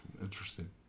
Interesting